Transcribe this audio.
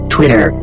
Twitter